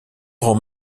rend